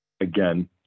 Again